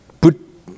put